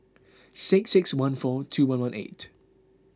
six six one four two one one eight